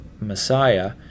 Messiah